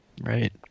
right